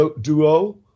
Duo